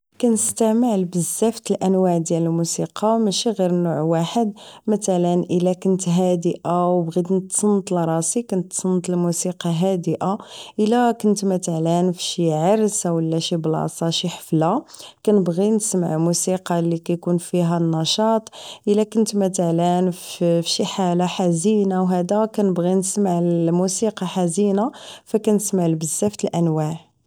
كنستمع لبزاف تالانواع ديال الموسيقى ماشي غير نوع واحد مثلا الا كنت هادئة و نبغيت نتسنت لراسي كنتسنت للموسيقى الهادئة الا كنت مثلا فشي عرس شي بلاصة شي حفلة كنبغي نسمع موسيقى لكيكون فيها النشاط و الا كنت مثلا فشي حالة حزينة و هدا كنبغي نسمع لموسيقى حزينة فكنسمع لبزاف تالانواع